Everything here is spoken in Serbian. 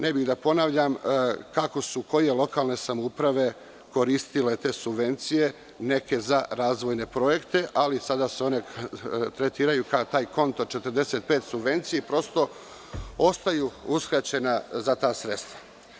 Ne bih da ponavljam kako su koje lokalne samouprave koristile te subvencije, neke za razvojne projekte, ali sada se one tretiraju kao taj konto od 45 subvencija i prosto ostaju uskraćena za ta sredstva.